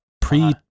pre